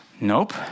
Nope